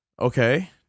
Okay